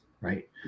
right